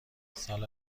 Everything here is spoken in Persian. سال